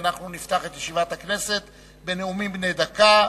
אנחנו נפתח את ישיבת הכנסת בנאומים בני דקה.